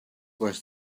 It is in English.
was